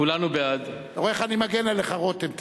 כולנו בעד, אתה רואה איך אני מגן עליך, רותם?